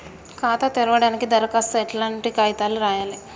ఖాతా తెరవడానికి దరఖాస్తుకు ఎట్లాంటి కాయితాలు రాయాలే?